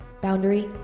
Boundary